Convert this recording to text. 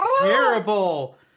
terrible